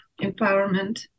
empowerment